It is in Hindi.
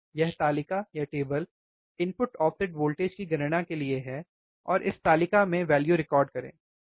यह तालिका इनपुट ऑफसेट वोल्टेज की गणना के लिए है और इस तालिका में वैल्यु रिकॉर्ड करें आसान है